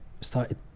started